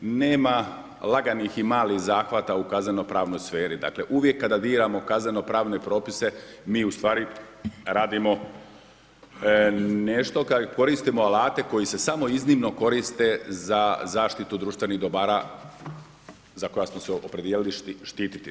Nema laganih i malih zahvata u kazneno-pravnoj sferi, dakle uvijek kada diramo kazneno-pravne propise, mi ustvari radimo nešto, koristimo alate koji se samo iznimno koriste za zaštitu društvenih dobara za koja smo se opredijelili štititi.